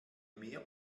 mehr